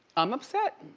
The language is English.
i'm upset.